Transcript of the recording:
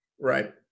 Right